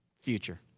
Future